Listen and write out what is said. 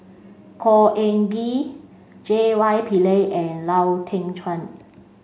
Khor Ean Ghee J Y Pillay and Lau Teng Chuan